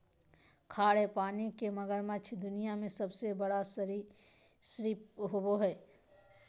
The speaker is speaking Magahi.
खारे पानी के मगरमच्छ दुनिया में सबसे बड़े सरीसृप होबो हइ